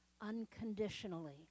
unconditionally